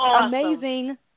amazing